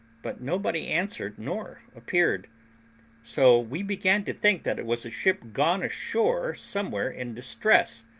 but nobody answered nor appeared so we began to think that it was a ship gone ashore somewhere in distress,